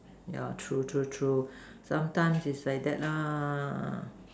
yeah true true true sometimes is like that lah